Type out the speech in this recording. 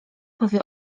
powie